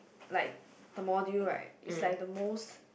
like the module right is like the most